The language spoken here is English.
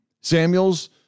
Samuels